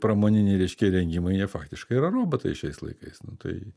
pramoniniai reiškia įrengimai jie faktiškai yra robotai šiais laikais nu tai